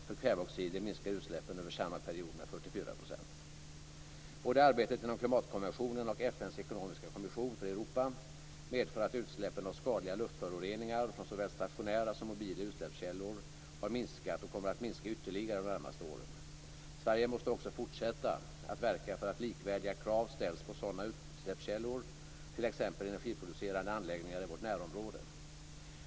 För kväveoxider minskar utsläppen över samma period med 44 %. Både arbetet inom klimatkonventionen och FN:s ekonomiska kommission för Europa medför att utsläppen av skadliga luftföroreningar från såväl stationära som mobila utsläppskällor har minskat och kommer att minska ytterligare de närmaste åren. Sverige måste också fortsätta att verka för att likvärdiga krav ställs på sådana utsläppskällor, t.ex. energiproducerande anläggningar i vårt närområde.